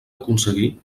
aconseguir